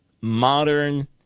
modern